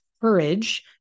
courage